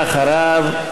ואחריו,